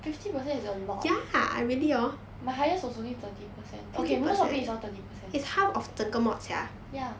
fifty percent is a lot my highest was only thirty percent okay most of it is all thirty percent ya